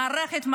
את המערכת,